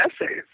essays